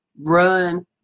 run